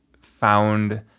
found